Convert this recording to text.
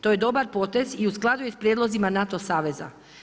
To je dobar potez i u skladu je sa prijedlozima NATO saveza.